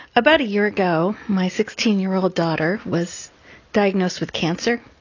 about a year ago, my sixteen year old daughter was diagnosed with cancer.